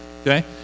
Okay